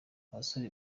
abasore